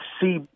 see